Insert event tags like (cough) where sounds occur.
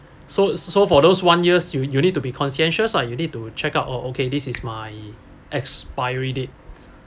so so for those one years you you need to be conscientious ah you need to check out oh okay this is my expiry date (breath)